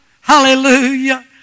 hallelujah